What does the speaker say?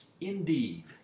Indeed